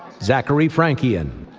zachary frankian,